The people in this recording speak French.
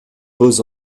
beaux